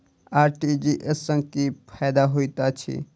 RTGS सँ की फायदा होइत अछि?